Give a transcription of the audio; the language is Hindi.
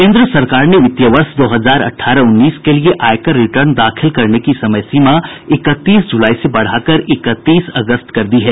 केन्द्र सरकार ने वित्तीय वर्ष दो हजार अठारह उन्नीस के लिए आयकर रिटर्न दाखिल करने की समय सीमा इकतीस जुलाई से बढाकर इकतीस अगस्त कर दी है